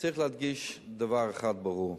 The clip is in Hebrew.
צריך להדגיש דבר אחד ברור: